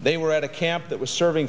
they were at a camp that was serving